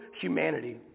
humanity